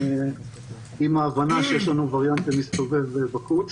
עם ההבנה שיש לנו וריאנט מסתובב בחוץ.